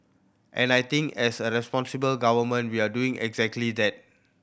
and I think as a responsible government we're doing exactly that